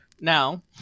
Now